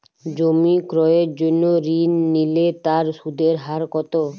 জমি ক্রয়ের জন্য ঋণ নিলে তার সুদের হার কতো?